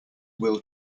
will